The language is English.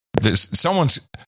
someone's